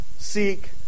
Seek